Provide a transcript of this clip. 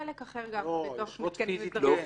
חלק אחר יושב גם בתוך --- לא,